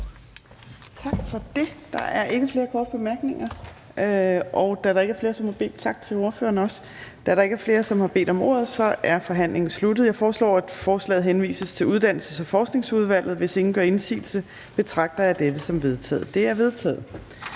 tak til ordføreren for forslagsstillerne. Da der ikke er flere, som har bedt om ordet, er forhandlingen sluttet. Jeg foreslår, at forslaget til folketingsbeslutning henvises til Uddannelses- og Forskningsudvalget. Hvis ingen gør indsigelse, betragter jeg dette som vedtaget. Det er vedtaget.